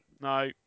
No